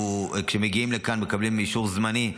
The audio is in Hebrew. כשהם מגיעים לכאן הם מקבלים אישור זמני,